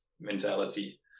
mentality